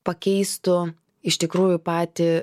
pakeistų iš tikrųjų patį